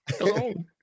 alone